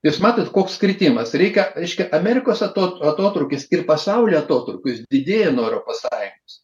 jūs matot koks kritimas reikia reiškia amerikos atot atotrūkis ir pasaulio atotrūkius didėja nuo europos sąjungos